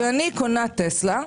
כשאני קונה "טסלה",